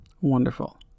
wonderful